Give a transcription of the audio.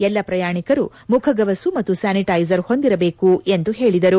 ಎಲ್ಲ ಪ್ರಯಾಣಿಕರು ಮುಖಗವಸು ಮತ್ತು ಸ್ವಾನಿಟೈಸರ್ ಹೊಂದಿರಬೇಕು ಎಂದು ಹೇಳಿದರು